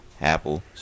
Apple